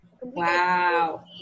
Wow